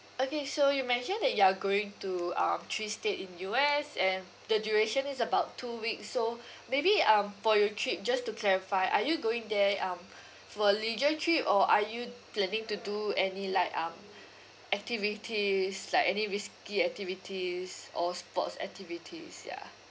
okay so you mentioned that you are going to um three state in U_S and the duration is about two weeks so maybe um for your trip just to clarify are you going there um for leisure trip or are you planning to do any like um activities like any risky activities or sports activities ya